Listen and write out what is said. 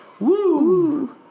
Woo